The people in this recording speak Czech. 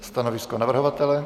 Stanovisko navrhovatele?